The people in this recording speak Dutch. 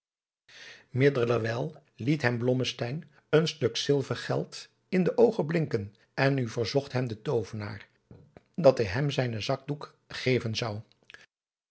middelerwijl liet hem blommesteyn een stuk zilvergeld in de oogen blinken en nu verzocht hem de toovenaar dat hij hem zijnen zakdoek geven zou